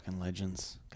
legends